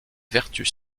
vertus